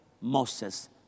Moses